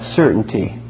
certainty